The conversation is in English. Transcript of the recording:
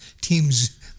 teams